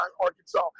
Arkansas